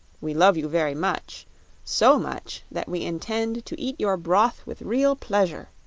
we love you very much so much that we intend to eat your broth with real pleasure.